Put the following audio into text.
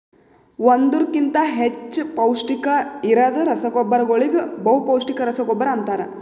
ಒಂದುರ್ ಕಿಂತಾ ಹೆಚ್ಚ ಪೌಷ್ಟಿಕ ಇರದ್ ರಸಗೊಬ್ಬರಗೋಳಿಗ ಬಹುಪೌಸ್ಟಿಕ ರಸಗೊಬ್ಬರ ಅಂತಾರ್